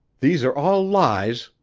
these are all lies,